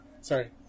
Sorry